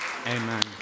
Amen